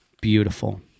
Beautiful